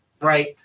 right